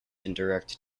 indirect